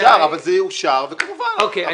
אבל זה יאושר והוועדה תקום --- רועי,